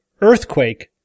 earthquake